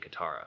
Katara